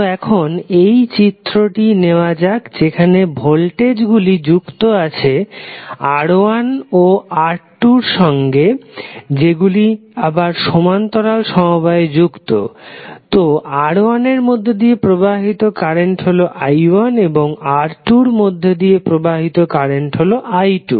তো এখন এই চিত্রটি নেওয়া যাক যেখানে ভোল্টেজটি যুক্ত আছে R1 ও R2 এর সঙ্গে যেগুলো সমান্তরাল সমবায়ে যুক্ত তো R1 এর মধ্যে দিয়ে প্রবাহিত কারেন্ট হল i1 এবং R2 এর মধ্যে দিয়ে প্রবাহিত কারেন্ট হলো i2